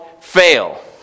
fail